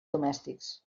domèstics